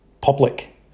public